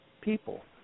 people